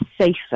safer